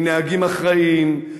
מנהגים אחראיים,